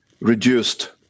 reduced